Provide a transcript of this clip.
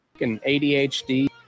ADHD